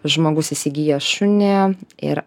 žmogus įsigijęs šunį ir